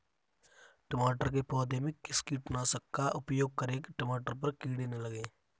टमाटर के पौधे में किस कीटनाशक का उपयोग करें कि टमाटर पर कीड़े न लगें?